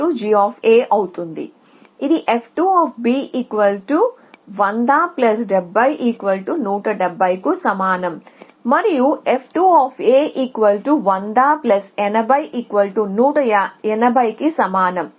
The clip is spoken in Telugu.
f2g అవుతుంది ఇది f210070170 కు సమానం మరియు f2 10080180 కి సమానం